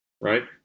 right